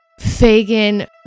Fagin